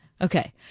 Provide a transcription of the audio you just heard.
Okay